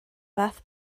fath